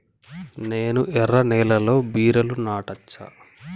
నేను ఎర్ర నేలలో బీరలు నాటచ్చా?